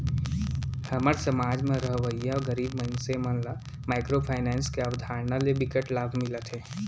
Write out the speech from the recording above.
हमर समाज म रहवइया गरीब मनसे मन ल माइक्रो फाइनेंस के अवधारना ले बिकट लाभ मिलत हे